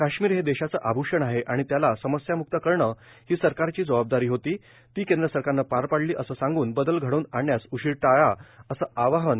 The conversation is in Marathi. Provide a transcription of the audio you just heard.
काश्मीर हे देशाचं आभूषण आहे आणि त्याला समस्यामुक्त करणं ही सरकारची जबाबदारी होती ती केंद्र सरकारनं पार पाडली असं सांगूल बदल घडवून आणण्यास उशीर टाळा असं आवाहन पंतप्रधानांनी युवकांना केलं